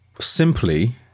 simply